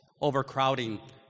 overcrowding